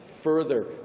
further